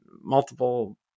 multiple